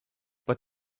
but